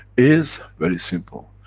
is very simple.